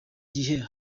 gihe